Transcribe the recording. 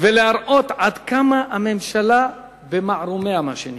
ולהראות עד כמה הממשלה במערומיה, מה שנקרא: